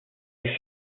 avec